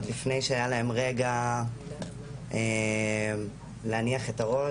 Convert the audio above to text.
עוד לפני שהיה להם רגע להניח את הראש,